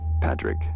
Patrick